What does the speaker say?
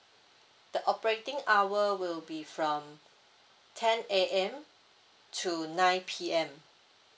the operating hour will be from ten A_M to nine P_M